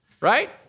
Right